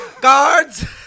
Guards